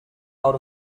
out